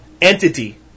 entity